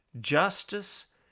justice